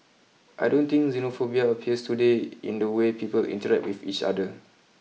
I don't think Xenophobia appears today in the way people interact with each other